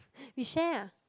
we share